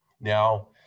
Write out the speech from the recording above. Now